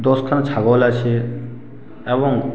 দশখানা ছাগল আছে এবং